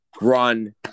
run